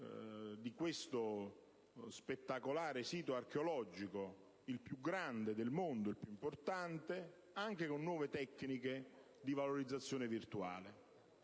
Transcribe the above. di questo spettacolare sito archeologico, il più grande ed importante del mondo, anche con nuove tecniche di valorizzazione virtuale.